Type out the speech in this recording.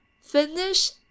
finish